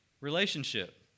relationship